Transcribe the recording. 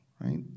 right